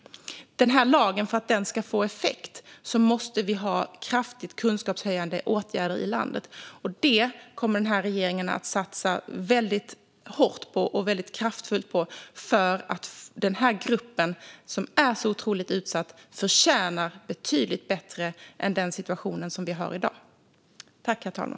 För att denna lag ska få effekt måste vi ha kraftigt kunskapshöjande åtgärder i landet. Detta kommer regeringen att satsa kraftigt på, för denna utsatta grupp förtjänar en betydligt bättre situation än dagens.